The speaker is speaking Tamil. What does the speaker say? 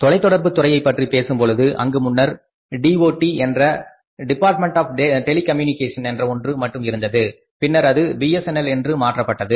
தொலைத்தொடர்புத் துறையை பற்றி பேசும்பொழுது அங்கு முன்னர் டிஓடி என்று சொல்லக்கூடிய டிபார்ட்மென்ட் ஆஃப் டெலிகம்யூனிகேஷன் என்ற ஒன்று மட்டும் இருந்தது பின்னர் அது பிஎஸ்என்எல் என்று மாற்றப்பட்டது